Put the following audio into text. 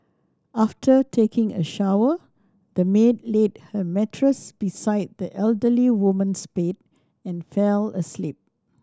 after taking a shower the maid laid her mattress beside the elderly woman's bed and fell asleep